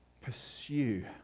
pursue